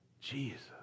Jesus